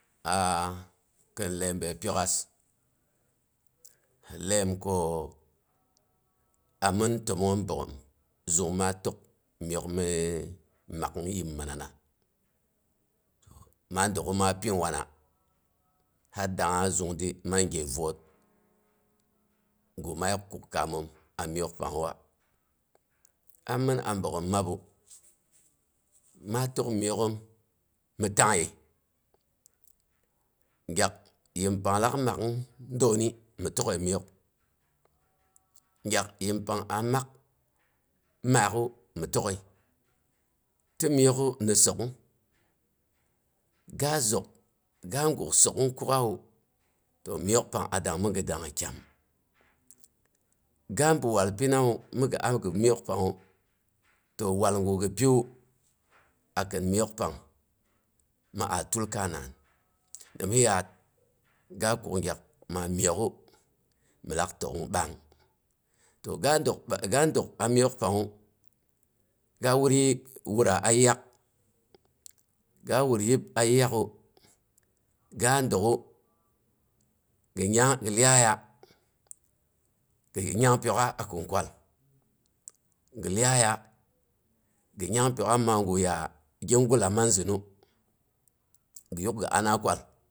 Aa kin ləibəi pyok'as hi ləiəm ko mɨn təmongngom bogghom zung ma tək miok mi mak'ung yim manana? Ma dək'u maa pin wana? Hal dangnga zungdi man gye vwoot gu ma kuk kaamum a miok pangnguwa? A mɨn a bogghom mabu, ma tək mok'oom, mi tangyəi gyak yim pang lak mak'ung dəuni mi tək'əi miok, gyak yim pang a mak maak'u mi tək'ai. timi kun mi sok'ung. Ga zok ga guk sok'ung kuk'awu, to ti miok pang sa dangmiga dangnga. Kyam, ga bi wal pi mawu, mi gi a gi miok pangngu, to walgu gi piwu akin miok pang, mi a tulka naan. Nimhi yaat. Ga kuk gyak maa miok'u, min lak tək'ungng ɓang. To ga dək ga dək ɓangng a miok pangngu, ga wuryib wura a yiiyaak, ga wur yib a yiiyaak'u ga dək'u, gi nyang gi lyaiya. Gi nyangpyok a kinkwal, gi lyaiya gi nyangpyok'a maaguya gin gulla man zɨmu, gi yak gi ana kwal